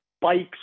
bikes